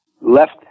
left